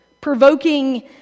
provoking